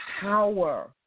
power